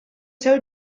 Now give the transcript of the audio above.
seu